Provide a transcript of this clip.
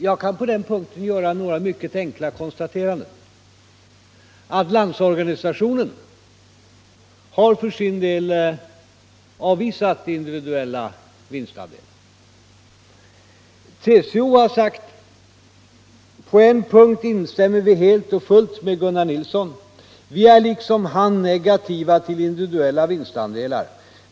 Jag kan i det här sammanhanget göra några mycket enkla konstateranden. Landsorganisationen har för sin del avvisat individuella vinstandelar. TCO har sagt: På en punkt instämmer vi helt och fullt med Gunnar Nilsson. Vi är liksom han negativa till individuella vinstandelar.